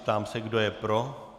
Ptám se, kdo je pro.